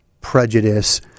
prejudice